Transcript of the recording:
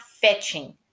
fetching